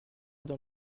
dans